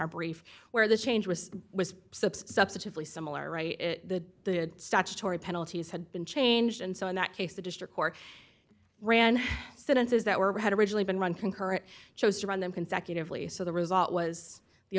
our brief where the change was was subsequently similar right to the statutory penalties had been changed and so in that case the district court ran sentences that were had originally been run concurrent chose to run them consecutively so the result was the